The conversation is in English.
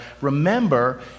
remember